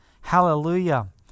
hallelujah